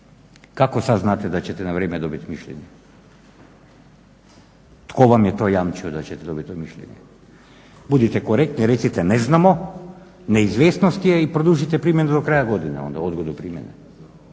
Kako sad znate da ćete na vrijeme dobiti mišljenje? Tko vam je to jamčio da ćete dobiti to mišljene? Budite korektni recite ne znamo, neizvjesnost je i produžite primjenu do kraja godine onda odgodu primjene.